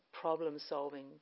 problem-solving